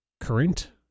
current